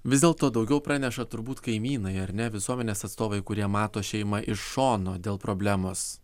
vis dėlto daugiau praneša turbūt kaimynai ar ne visuomenės atstovai kurie mato šeimą iš šono dėl problemos